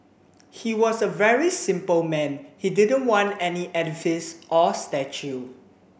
he was a very simple man he didn't want any edifice or statue